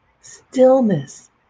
Stillness